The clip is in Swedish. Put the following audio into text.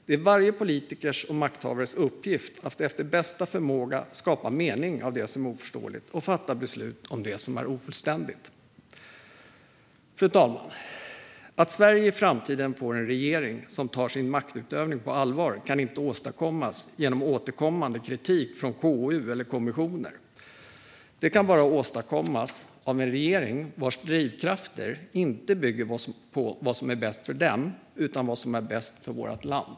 Det är varje politikers och makthavares uppgift att efter bästa förmåga skapa mening av det som är oförståeligt och fatta beslut om det som är ofullständigt. Fru talman! Att Sverige i framtiden får en regering som tar sin maktutövning på allvar kan inte åstadkommas genom återkommande kritik från KU eller kommissioner. Det kan bara åstadkommas genom att vi får en regering vars drivkrafter inte bygger på vad som är bäst för den utan på vad som är bäst för vårt land.